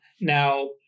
now